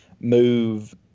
move